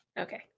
Okay